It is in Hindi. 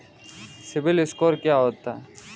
सिबिल स्कोर क्या होता है?